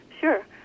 Sure